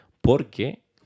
porque